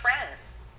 friends